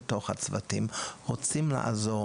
הם רוצים לעזור